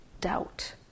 doubt